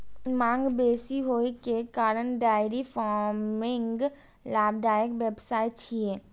मांग बेसी होइ के कारण डेयरी फार्मिंग लाभदायक व्यवसाय छियै